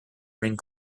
ring